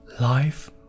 Life